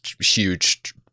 huge